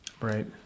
Right